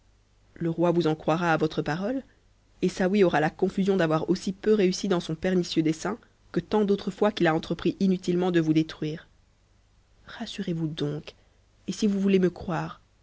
le roi vous en croira à votre parole et saouy aura la confusion d'avoir aussi peu réussi dans son pernicieux dessein que tant d'autres fois qu'il a entrepris inuti lement de vous détruire rassurez-vous donc et si vous voulez me croire